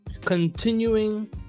Continuing